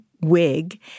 wig